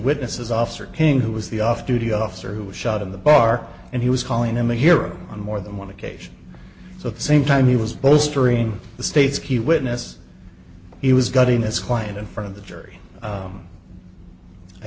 witnesses officer king who was the off duty officer who was shot in the bar and he was calling him a hero on more than one occasion so the same time he was postering the state's key witness he was gutting as client in front of the jury